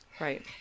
Right